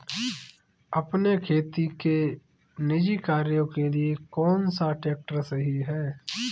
अपने खेती के निजी कार्यों के लिए कौन सा ट्रैक्टर सही है?